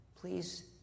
please